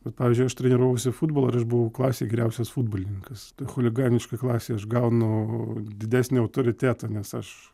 bet pavyzdžiui aš treniravausi futbolą ir aš buvau klasėj geriausias futbolininkas chuliganiškoj klasėj aš gaunu didesnį autoritetą nes aš